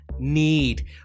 need